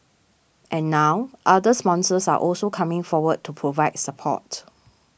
and now other sponsors are also coming forward to provide support